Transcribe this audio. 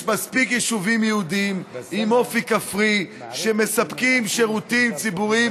יש מספיק יישובים יהודיים עם אופי כפרי שמספקים שירותים ציבוריים